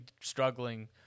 struggling